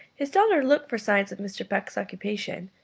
his daughter looked for signs of mr. peck's occupation,